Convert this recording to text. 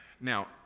Now